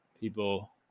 people